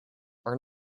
are